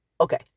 Okay